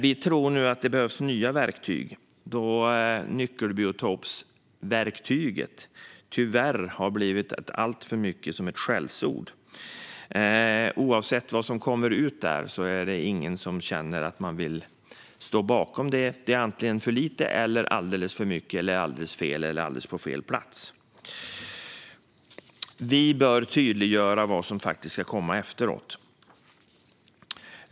Vi tror nu att det behövs nya verktyg, då nyckelbiotopsverktyget tyvärr har blivit alltmer av ett skällsord. Oavsett vad som kommer ut där är det ingen som känner att man vill stå bakom det. Det är antingen för lite, alldeles för mycket, alldeles fel eller på alldeles fel plats. Vi bör tydliggöra vad som ska komma efteråt.